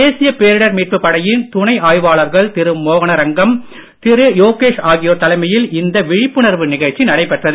தேசிய பேரிடர் மீட்பு படையின் துணை ஆய்வாளர்கள் திரு மோகனரங்கம் திரு யோகேஷ் ஆகியோர் தலைமையில் இந்த விழிப்புணர்வு நிகழ்ச்சி நடைபெற்றது